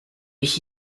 ich